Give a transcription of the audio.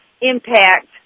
impact